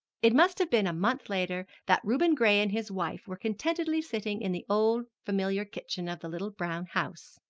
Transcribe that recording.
it must have been a month later that reuben gray and his wife were contentedly sitting in the old familiar kitchen of the little brown house.